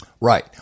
Right